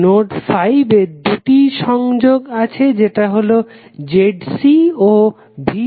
node 5 এ দুটি সংযোগ আছে যেটা হলো ZC ও VY